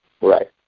Right